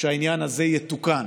שהעניין הזה יתוקן.